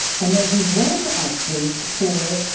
and then he won oscars for